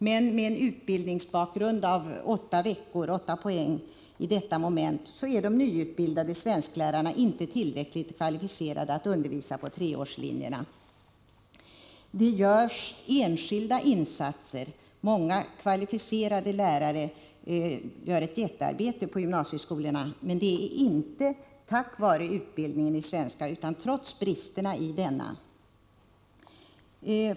Men med en utbildningsbakgrund av 8 poäng — 8 veckors studier i detta moment — är de nyutbildade svensklärarna inte tillräckligt kvalificerade att undervisa på treårslinjerna. Det görs enskilda insatser — många kvalificerade lärare gör ett jättearbete på gymnasieskolorna, men det är inte tack vare utbildningen i svenska utan trots bristerna i denna.